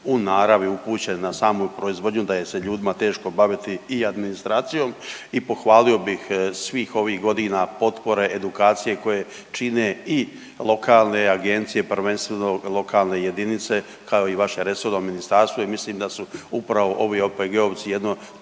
u naravi upućeni na samu proizvodnju da se je ljudima teško baviti i administracijom i pohvalio bih svih ovih godina potpore, edukacije koje čine i lokalne agencije, prvenstveno lokalne jedinice, kao i vaše resorno ministarstvo i mislim da su upravo ovi OPG-ovci jedno